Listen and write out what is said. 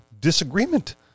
disagreement